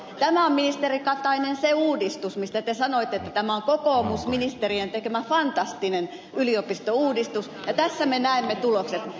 tämä on ministeri katainen se uudistus mistä te sanoitte että tämä on kokoomusministerien tekemä fantastinen yliopistouudistus ja tässä me näemme tulokset